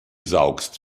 saugst